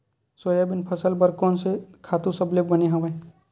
Soybean फसल बर कोन से खातु सबले बने हवय?